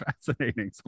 fascinating